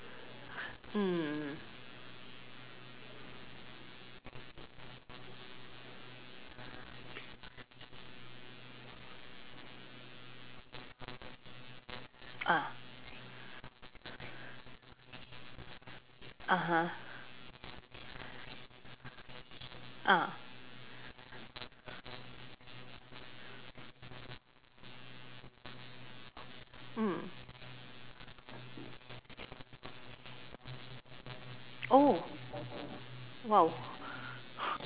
mm ah (uh huh) ah mm oh !wow!